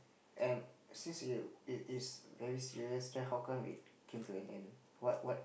and since you you you very serious then how come it came to an end what what